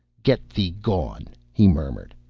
get thee gone he murmured,